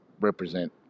represent